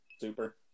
Super